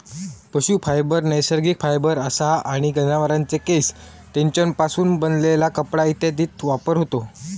पशू फायबर नैसर्गिक फायबर असा आणि जनावरांचे केस, तेंच्यापासून बनलेला कपडा इत्यादीत वापर होता